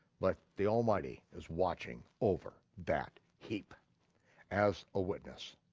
but the almighty is watching over that heap as a witness.